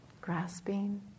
Grasping